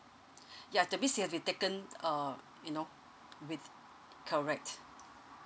ya that means it had to be taken uh you know with correct